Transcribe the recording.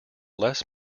less